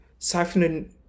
siphoning